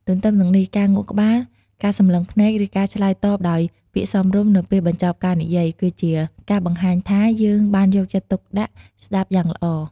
ទទ្ទឹមនឹងនេះ ការងក់ក្បាល ការសម្លឹងភ្នែក ឬការឆ្លើយតបដោយពាក្យសមរម្យនៅពេលបញ្ចប់ការនិយាយ គឺជាការបង្ហាញថា យើងបានយកចិត្តទុកដាក់ស្តាប់យ៉ាងល្អ។